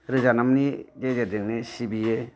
रोजाबनायनि गेजेरजोंनो सिबियो